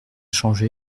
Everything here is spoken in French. changé